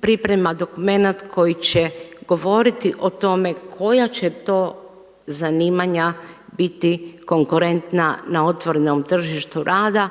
priprema dokumenat koji će govoriti o tome koja će to zanimanja biti konkurentna na otvorenom tržištu rada